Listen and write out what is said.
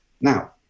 Now